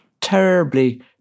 terribly